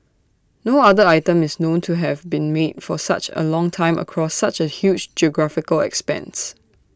no other item is known to have been made for such A long time across such A huge geographical expanse